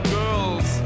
girls